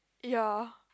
ya